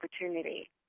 opportunity